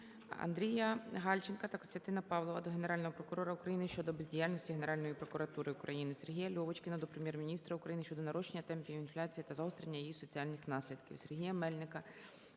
АндріяГальченка та Костянтина Павлова до Генерального прокурора України щодо бездіяльності Генеральної прокуратури України. СергіяЛьовочкіна до Прем'єр-міністра України щодо нарощення темпів інфляції та загострення її соціальних наслідків.